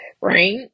right